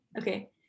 okay